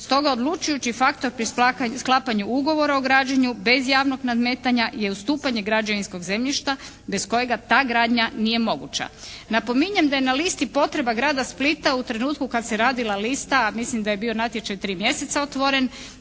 Stoga odlučujući faktor pri sklapanju ugovora o građenju bez javnog nadmetanja je ustupanje građevinskog zemljišta bez kojega ta gradnja nije moguća. Napominjem da je na listi potreba grada Splita u trenutku kad se radila lista, a mislim da je bio natječaj 3 mjeseca otvoren